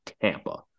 Tampa